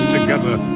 together